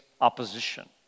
opposition